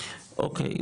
אוקי,